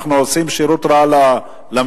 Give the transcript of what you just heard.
אנחנו עושים שירות רע למליאה.